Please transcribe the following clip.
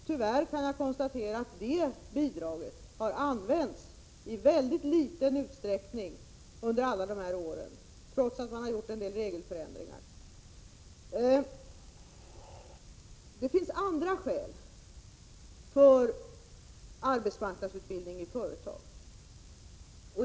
Tyvärr kan jag konstatera att bidraget har använts i väldigt liten utsträckning under alla de här åren, trots att man har gjort en del regelförändringar. Men det finns också andra skäl för arbetsmarknadsutbildning i företag.